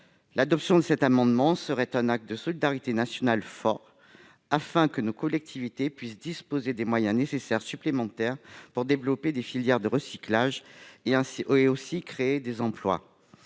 L'adoption de cet amendement constituerait un acte de solidarité nationale fort, afin que nos collectivités puissent disposer de moyens supplémentaires pour développer des filières de recyclage et créer des emplois.